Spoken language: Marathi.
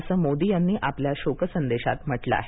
असं मोदी यांनी आपल्या शोक संदेशात म्हटलं आहे